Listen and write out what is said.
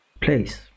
place